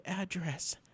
address